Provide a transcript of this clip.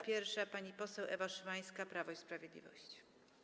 Pierwsza pani poseł Ewa Szymańska, Prawo i Sprawiedliwość.